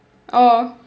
oh